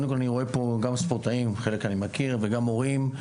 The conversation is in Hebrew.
אני רואה פה ספורטאים שאני מכיר וגם הורים,